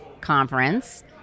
conference